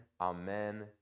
Amen